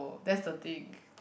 that's the thing